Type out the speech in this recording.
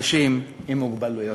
נשים, עם מוגבלויות.